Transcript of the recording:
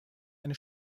eine